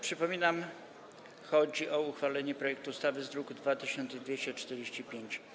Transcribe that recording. Przypominam, że chodzi o uchwalenie projektu ustawy z druku nr 2245.